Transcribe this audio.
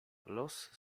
los